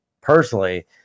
personally